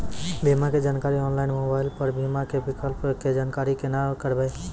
बीमा के जानकारी ऑनलाइन मोबाइल पर बीमा के विकल्प के जानकारी केना करभै?